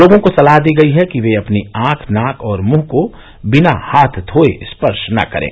लोगों को सलाह दी गई है कि वे अपनी आंख नाक और मुंह को बिना हाथ धोये स्पर्श न करें